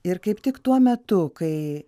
ir kaip tik tuo metu kai